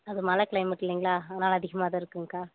அது மழை கிளைமேட் இல்லைங்களா அதனால அதிகமாக தான் இருக்குங்க்கா